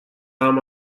عمه